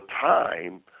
time